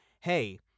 hey